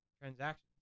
transactions